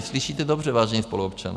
Slyšíte dobře, vážení spoluobčané!